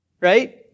right